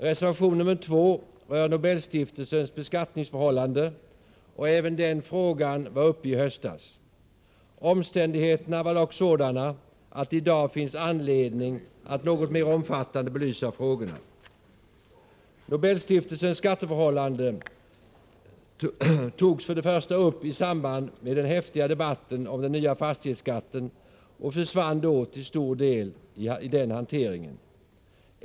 Reservation nr 2 rör Nobelstiftelsens beskattningsförhållanden, och även den frågan var uppe i höstas. Omständigheterna var dock sådana att det i dag finns anledning att något mer omfattande belysa frågorna. Nobelstiftelsens skatteförhållanden togs för det första upp i samband med den häftiga debatten om den nya fastighetsskatten och försvann till stor del i den hanteringen.